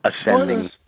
ascending